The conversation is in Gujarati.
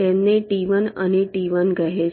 તેમને T1 અને T1 કહે છે